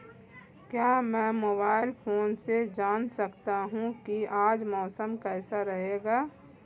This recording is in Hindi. क्या मैं मोबाइल फोन से जान सकता हूँ कि आज मौसम कैसा रहेगा?